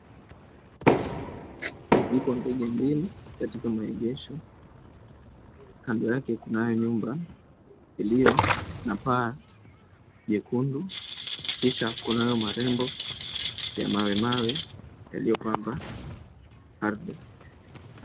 Zipo ndege mbili katika maegesho kando yake kunayo nyumba iliyo na paa jekundu Kisha kunayo marembo ya mawe mawe yaliyopamba ardhi.